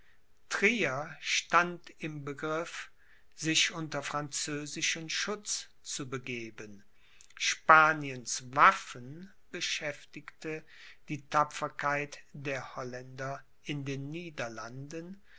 trier stand im begriff sich unter französischen schutz zu begeben spaniens waffen beschäftigte die tapferkeit der holländer in den niederlanden